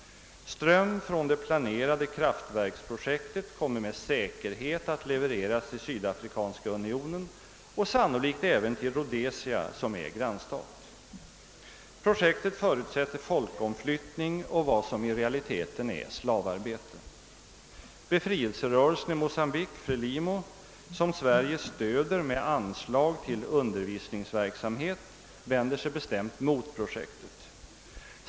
Ström från det planerade kraftverket kommer med säkerhet att levereras till Sydafrikanska unionen och sannolikt även till Rhodesia, som är granmnstat. Projektet förutsätter folkomflyttning och vad som i realiteten är slavarbete. Befrielserörelsen i Mocambique, Frelimo, som Sverige stöder med anslag till undervisningsverksamhet, vänder sig bestämt mot projektet.